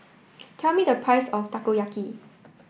tell me the price of Takoyaki